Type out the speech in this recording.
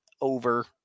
over